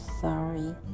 sorry